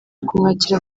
kumwakira